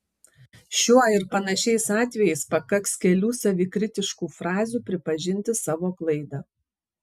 šiuo ir panašiais atvejais pakaks kelių savikritiškų frazių pripažinti savo klaidą